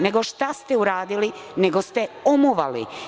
Nego šta ste uradili, nego ste umuvali.